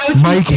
Mike